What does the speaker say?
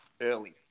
early